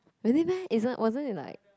really meh isn't wasn't it like